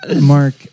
Mark